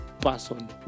person